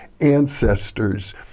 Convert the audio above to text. ancestors